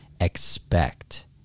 expect